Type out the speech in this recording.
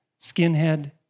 skinhead